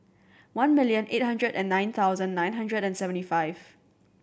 one million eight hundred and nine thousand nine hundred and seventy five